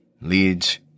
leads